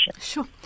Sure